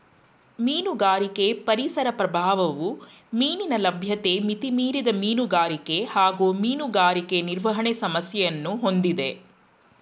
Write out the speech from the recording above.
ಮೀನುಗಾರಿಕೆ ಪರಿಸರ ಪ್ರಭಾವವು ಮೀನಿನ ಲಭ್ಯತೆ ಮಿತಿಮೀರಿದ ಮೀನುಗಾರಿಕೆ ಹಾಗೂ ಮೀನುಗಾರಿಕೆ ನಿರ್ವಹಣೆ ಸಮಸ್ಯೆಯನ್ನು ಹೊಂದಿದೆ